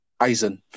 Aizen